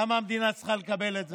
למה המדינה צריכה לקבל את זה?